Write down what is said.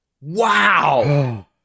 Wow